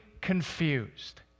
confused